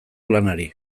lanari